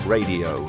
Radio